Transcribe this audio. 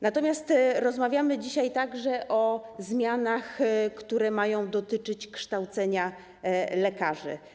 Natomiast rozmawiamy dzisiaj także o zmianach, które mają dotyczyć kształcenia lekarzy.